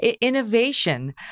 innovation